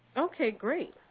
okay, great.